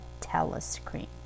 telescreen